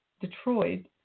Detroit